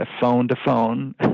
phone-to-phone